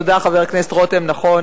תודה, חבר הכנסת רותם, נכון.